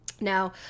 Now